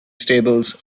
stables